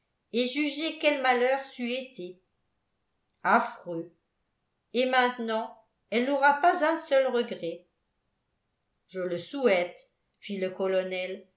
et jugez quel malheur c'eût été affreux et maintenant elle n'aura pas un seul regret je le souhaite fit le colonel